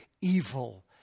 evil